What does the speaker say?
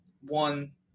one